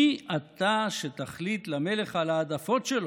מי אתה שתחליט למלך על ההעדפות שלו?